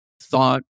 thought